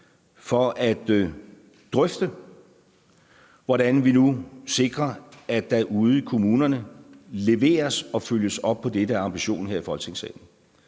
for at drøfte, hvordan vi nu sikrer, at der ude i kommunerne leveres og følges op på det, der er ambitionen her i Folketingssalen.